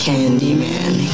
Candyman